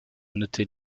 noter